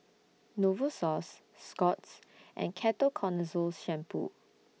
Novosource Scott's and Ketoconazole Shampoo